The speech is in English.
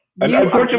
Unfortunately